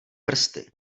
prsty